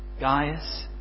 Gaius